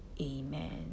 Amen